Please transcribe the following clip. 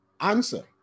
Answer